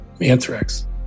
Anthrax